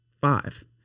five